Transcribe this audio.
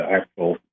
actual